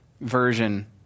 version